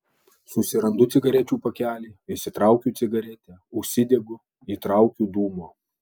susirandu cigarečių pakelį išsitraukiu cigaretę užsidegu įtraukiu dūmo